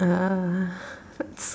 ah